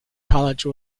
college